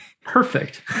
perfect